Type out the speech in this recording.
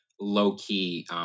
low-key